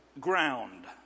ground